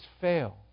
fail